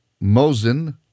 Mosen